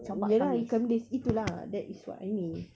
ya lah ikan bilis itu lah that is what I mean